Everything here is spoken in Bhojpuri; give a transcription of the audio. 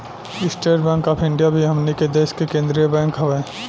स्टेट बैंक ऑफ इंडिया भी हमनी के देश के केंद्रीय बैंक हवे